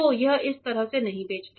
तो यह इस तरफ से नहीं बचता